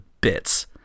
bits